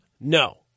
No